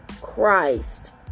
christ